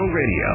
Radio